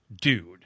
dude